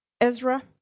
Ezra